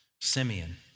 Simeon